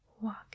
walking